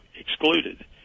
excluded